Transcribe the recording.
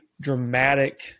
dramatic